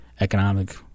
economic